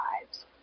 lives